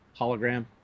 hologram